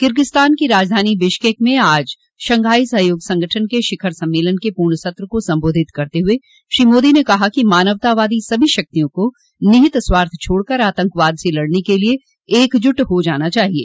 Kyrgyzstan की राजधानी Bishkek में आज शंघाई सहयोग संगठन के शिखर सम्मेलन के पूर्ण सत्र को सम्बोधित करते हुए श्री मोदी ने कहा कि मानवतावादी सभी शक्तियों को निहित स्वार्थ छोड़कर आतंकवाद से लड़ने के लिए एकजुट हो जाना चाहिए